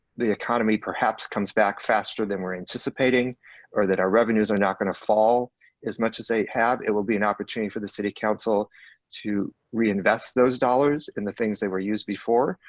the economy perhaps comes back faster than we're anticipating or that our revenues are not gonna fall as much as they have, it will be an opportunity for the city council to reinvest those dollars in the things that were used before,